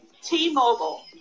T-Mobile